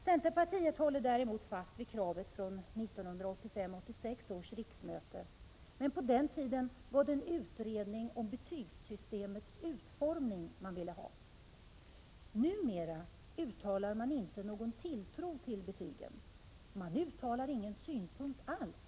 Centerpartiet håller däremot fast vid kravet från 1985/86 års riksmöte, men på den tiden krävdes en utredning om betygssystemets utformning. Numera uttalar centerpartiet inte någon tilltro till betygen — man anger ingen synpunkt alls.